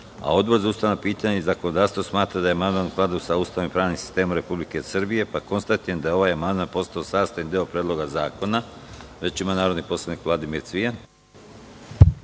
a Odbor za ustavna pitanja i zakonodavstvo smatra da je amandman u skladu sa Ustavom i pravnim sistemom Republike Srbije, pa konstatujem da je ovaj amandman postao sastavni deo Predloga zakona. Reč ima narodni poslanik Vladimir Cvijan.